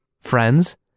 Friends